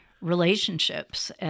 relationships